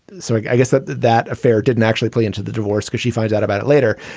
so like i guess that that affair didn't actually play into the divorce because she finds out about it later.